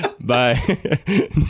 Bye